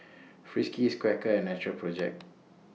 Friskies Quaker and Natural Project